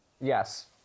Yes